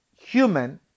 human